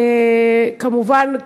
כמובן,